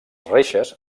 reixes